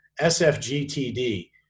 SFGTD